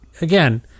again